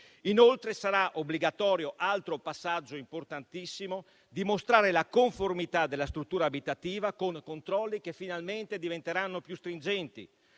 Inoltre, sarà obbligatorio - altro passaggio importantissimo - dimostrare la conformità della struttura abitativa, perché i controlli finalmente diventeranno più stringenti.